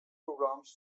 programs